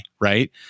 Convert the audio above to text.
right